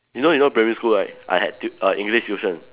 you know you know primary school right I had tu~ err English tuition